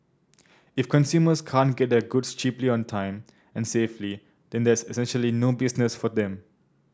if consumers can't get their goods cheaply on time and safely then there's essentially no business for them